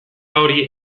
hori